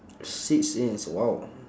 six inch !wow!